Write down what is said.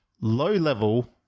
low-level